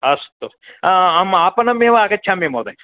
अस्तु अहम् आपणमेव आगच्छामि महोदय